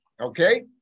okay